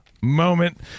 moment